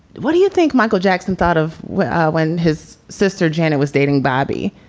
what do you think michael jackson thought of when when his sister janet was dating bobby?